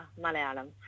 malayalam